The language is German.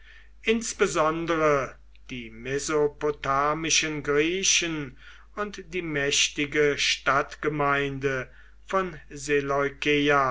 insbesondere die mesopotamischen griechen und die mächtige stadtgemeinde von